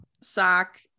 sock